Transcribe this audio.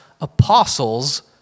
apostles